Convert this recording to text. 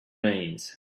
means